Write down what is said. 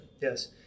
Yes